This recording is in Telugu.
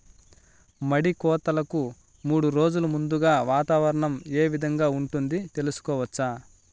మడి కోతలకు మూడు రోజులు ముందుగా వాతావరణం ఏ విధంగా ఉంటుంది, తెలుసుకోవచ్చా?